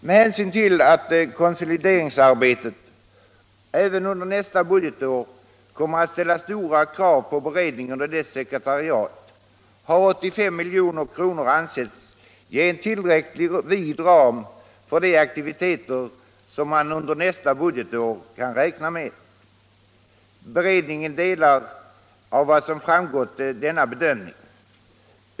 Med hänsyn till att konsolideringsarbetet även under nästa budgetår kommer att ställa stora krav på beredningen och dess sekretariat har 85 milj.kr. ansetts ge tillräckligt vid ram för de aktiviteter som man under nästa budgetår kan räkna med. Enligt vad som framgått delar beredningen denna bedömning.